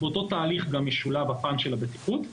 באותו תהליך גם משולב הפן של הבטיחות,